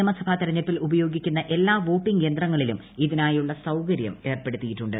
നിയമസഭാ തെരഞ്ഞെടുപ്പിൽ ഉപയോഗിക്കുന്ന എല്ലാ വോട്ടിങ് യന്ത്രങ്ങളിലും ഇതിനായുള്ള സൌകര്യം ഏർപ്പെടുത്തിയിട്ടുണ്ട്